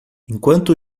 enquanto